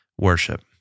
worship